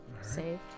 save